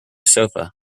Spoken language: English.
sofa